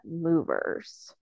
movers